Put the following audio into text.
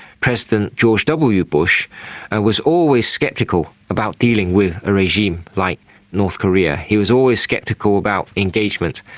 president george w bush ah was always sceptical about dealing with a regime like north korea. he was always sceptical about engagement,